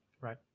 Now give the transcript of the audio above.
Right